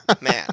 Man